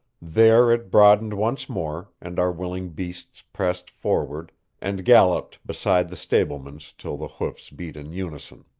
there it broadened once more, and our willing beasts pressed forward and galloped beside the stableman's till the hoofs beat in unison.